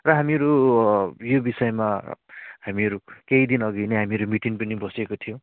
र हामीहरू यो विषयमा हामीहरू केही दिनअघि नै हामीहरू मिटिङ पनि बसेको थियो